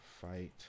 fight